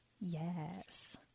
Yes